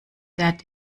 that